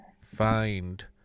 find